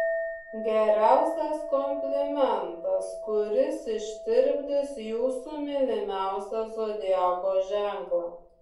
geriausias komplimentas kuris ištirpdys jūsų mylimiausią zodiako ženklą